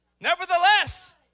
Nevertheless